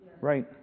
Right